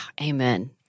Amen